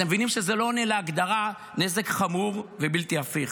אתם מבינים שזה לא עונה להגדרה נזק חמור ובלתי הפיך.